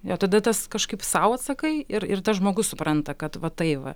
jo tada tas kažkaip sau atsakai ir ir tas žmogus supranta kad va tai va